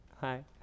Hi